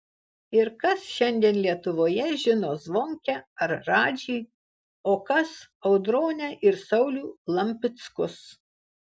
ir kas šiandien lietuvoje žino zvonkę ar radžį o kas audronę ir saulių lampickus